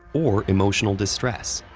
or emotional distress.